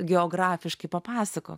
geografiškai papasakojo